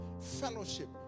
Fellowship